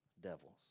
devils